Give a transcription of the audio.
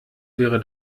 wäre